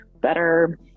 better